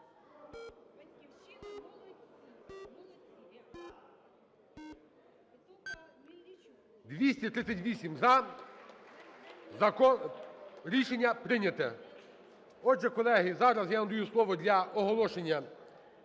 За-238 Рішення прийнято. Отже, колеги, зараз я надаю слово для оголошення